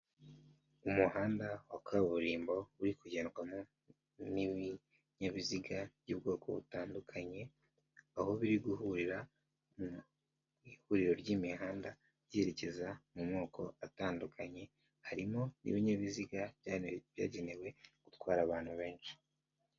Umuhanda wa kaburimbo uri kugendwamo n'ibininyabiziga by'ubwoko butandukanye, aho biri guhurira mu ihuriro ry'imihanda ryerekeza mu moko atandukanye, harimo ibinyabiziga byagenewe gutwara abantu benshi.